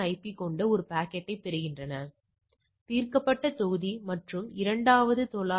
05 இல் 1 கட்டின்மை கூறுகளுடன் நீங்கள் இங்கே காணமுடிவதுபோல் 0